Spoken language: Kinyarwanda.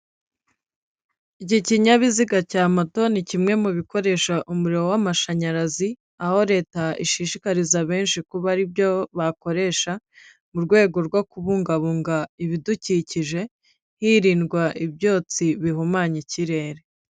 Iki kinyabiziga cya moto ni kimwe mu bikoresha umuriro w'amashanyarazi aho leta ishishikariza benshi kuba ari byo bakoresha mu rwego rwo kubungabunga ibidukikije, hirindwa ibyotsi bihumanya ikirere.